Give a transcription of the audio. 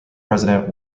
president